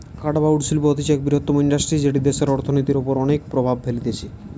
কাঠ বা উড শিল্প হতিছে এক বৃহত্তম ইন্ডাস্ট্রি যেটি দেশের অর্থনীতির ওপর অনেক প্রভাব ফেলতিছে